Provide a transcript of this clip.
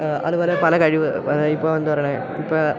അതുപോലെ പല കഴിവ് അതിപ്പം എന്താ പറയണെ ഇപ്പോൾ